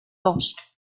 lost